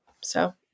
So-